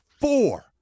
Four